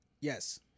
Yes